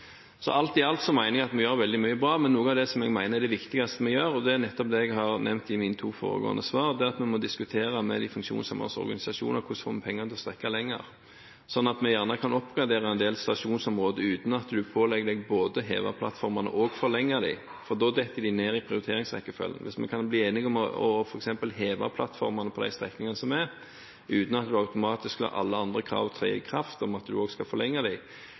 Så alt i alt mener jeg at vi gjør veldig mye bra. Men noe av det jeg mener er det viktigste vi gjør – og det er nettopp det jeg har nevnt i mine to foregående svar – er at vi må diskutere med de funksjonshemmedes organisasjoner hvordan vi skal få pengene til å strekke lenger, slik at vi kan oppgradere en del stasjonsområder uten at de pålegges både å heve plattformene og å forlenge dem, for da detter de ned i prioriteringsrekkefølgen. Hvis vi kan bli enige om f.eks. å heve plattformene på de strekningene som er, uten at en automatisk lar alle andre krav om at en også skal forlenge